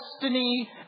destiny